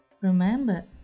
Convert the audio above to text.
Remember